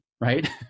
right